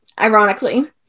ironically